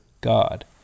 God